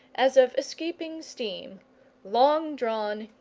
as of escaping steam long-drawn,